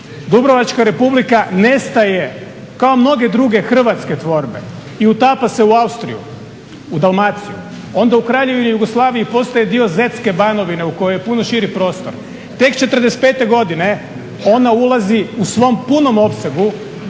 Dubrovačka Republika nestaje kao mnoge druge hrvatske tvorbe i utapa se u Austriju, u Dalmaciju. Onda u Kraljevini Jugoslaviji postaje dio Zetske banovine u kojoj je puno širi prostor. Tek '45. godine ona ulazi u svom punom opsegu